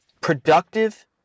productive